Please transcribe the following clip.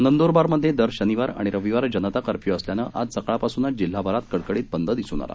नंद्रबार मध्ये दर शनिवार आणि रविवार जनता कर्फ्यू असल्यानं आज सकाळपासूनच जिल्ह्याभरात कडकडीत बंद दिसून आला